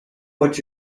what